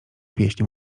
pieśni